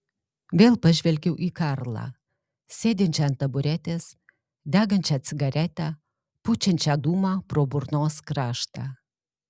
vėl pažvelgiau į karlą sėdinčią ant taburetės degančią cigaretę pučiančią dūmą pro burnos kraštą